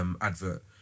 advert